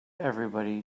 everybody